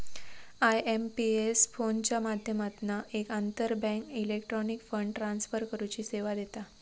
IMPS फोनच्या माध्यमातना एक आंतरबँक इलेक्ट्रॉनिक फंड ट्रांसफर करुची सेवा देता